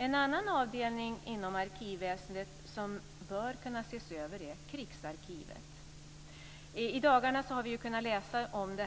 En annan avdelning inom arkivväsendet som bör kunna ses över är Krigsarkivet. I dagarna har vi ju kunnat läsa om